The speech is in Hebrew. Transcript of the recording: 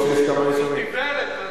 הוא לא